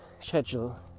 schedule